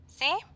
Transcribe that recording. See